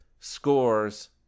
scores